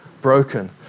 broken